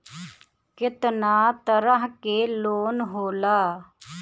केतना तरह के लोन होला?